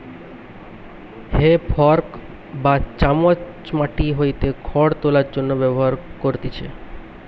হে fork বা চামচ মাটি হইতে খড় তোলার জন্য ব্যবহার করতিছে